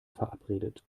verabredet